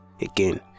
again